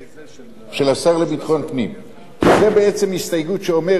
זה בעצם הסתייגות שאומרת שאם,